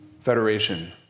federation